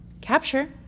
Capture